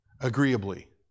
agreeably